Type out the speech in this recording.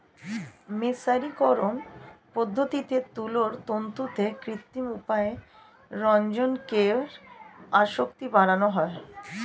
মের্সারিকরন পদ্ধতিতে তুলোর তন্তুতে কৃত্রিম উপায়ে রঞ্জকের আসক্তি বাড়ানো হয়